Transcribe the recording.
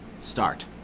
start